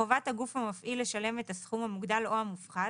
חובת הגוף המפעיל לשלם את הסכום המוגדל או המופחת,